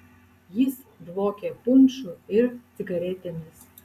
jis dvokė punšu ir cigaretėmis